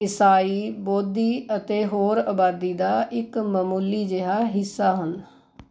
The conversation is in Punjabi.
ਈਸਾਈ ਬੋਧੀ ਅਤੇ ਹੋਰ ਆਬਾਦੀ ਦਾ ਇੱਕ ਮਾਮੂਲੀ ਜਿਹਾ ਹਿੱਸਾ ਹਨ